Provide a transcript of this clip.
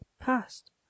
past